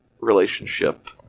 relationship